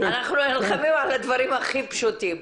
אנחנו נלחמים על הדברים הכי פשוטים.